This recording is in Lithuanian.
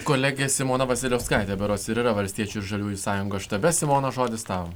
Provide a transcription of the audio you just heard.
kolegė simona vasiliauskaitė berods ir yra valstiečių žaliųjų sąjungos štabe simona žodis tau